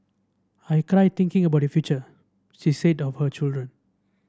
I cry thinking about their future she said of her children